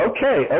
Okay